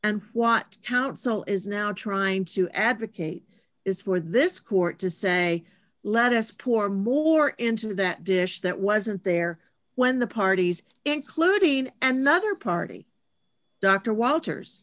what counsel is now trying to advocate is for this court to say let us poor more into that dish that wasn't there when the parties including and the other party dr walters